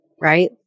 right